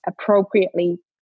appropriately